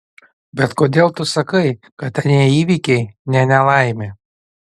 bet kodėl tu sakai kad anie įvykiai ne nelaimė